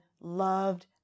loved